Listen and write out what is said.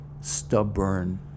stubborn